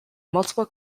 multiple